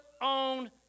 on